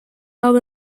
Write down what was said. held